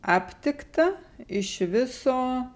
aptikta iš viso